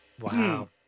Wow